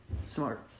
smart